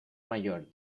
mayor